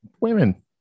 women